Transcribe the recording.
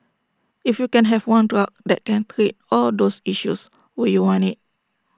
if you can have one drug that can treat all those issues would you want IT